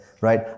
right